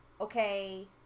okay